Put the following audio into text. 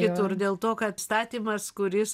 kitur dėl to kad statymas kuris